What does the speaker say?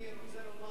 אני רוצה לומר